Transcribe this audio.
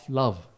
love